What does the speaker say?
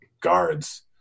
guards